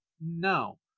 No